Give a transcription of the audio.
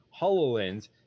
HoloLens